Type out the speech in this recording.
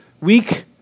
weak